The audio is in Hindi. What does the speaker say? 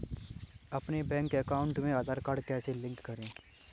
अपने बैंक अकाउंट में आधार कार्ड कैसे लिंक करें?